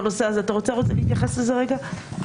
אתה רוצה להתייחס לזה רגע?